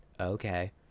okay